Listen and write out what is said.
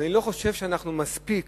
אני לא חושב שאנחנו מספיק